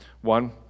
one